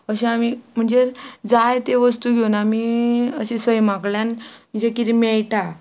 अशें आमी म्हणजे जाय त्यो वस्तू घेवन आमी अशी सैमा कडल्यान जे कितें मेळटा